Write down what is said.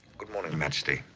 good morning, majesty.